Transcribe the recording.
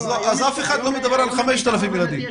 אז אף אחד לא מדבר על 5,000 ילדים.